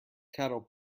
cattle